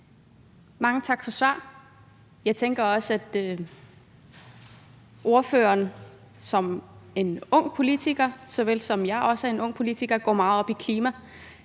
Mange tak for svaret. Jeg tænker også, at ordføreren som en ung politiker, ligesom jeg også er en ung politiker, går meget op i klimaet,